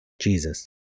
Jesus